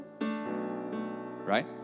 Right